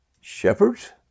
Shepherds